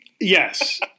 Yes